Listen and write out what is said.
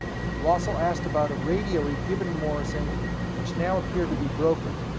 wassel asked about a radio he'd given morrison which now appeared to be broken.